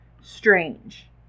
strange